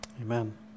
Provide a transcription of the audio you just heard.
Amen